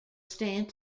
stand